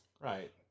Right